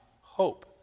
hope